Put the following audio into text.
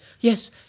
yes